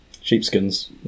sheepskins